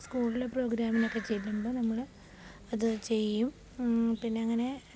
സ്കൂളിലെ പ്രോഗ്രാമിനൊക്കെ ചേരുമ്പോൾ നമ്മൾ അതുചെയ്യും പിന്നെ അങ്ങനെ